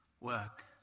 work